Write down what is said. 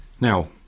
Now